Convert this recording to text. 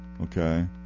okay